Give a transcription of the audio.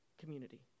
community